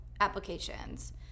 applications